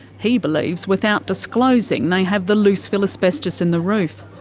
he believes without disclosing they have the loose fill asbestos in the roof.